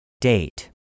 Date